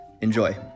Enjoy